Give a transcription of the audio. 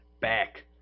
back